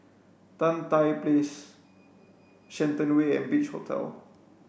Tan Tye Place Shenton Way and Beach Hotel